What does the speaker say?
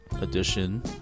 edition